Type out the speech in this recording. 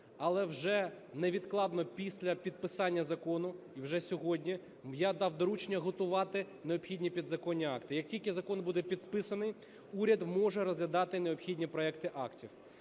Але вже невідкладно після підписання закону, вже сьогодні, я дав доручення готувати необхідні підзаконні акти. Як тільки закон буде підписаний, уряд може розглядати необхідні проекти актів.